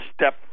step